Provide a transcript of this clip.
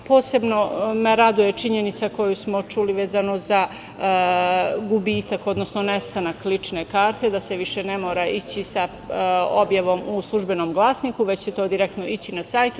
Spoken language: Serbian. Posebno me raduje činjenica koju smo čuli, vezano za gubitak, odnosno nestanak lične karte, a to je da se više ne mora ići sa objavom u „Službenom glasniku“, već će direktno ići na sajt.